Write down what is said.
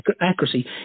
accuracy